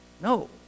No